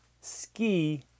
ski